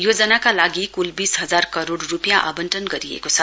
योजनाका लागि क्ल बीस हजार करोड़ रूपियाँ आवंटन गरिएको छ